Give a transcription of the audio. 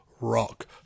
rock